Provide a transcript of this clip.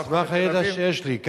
בתל-אביב, על סמך הידע שיש לי.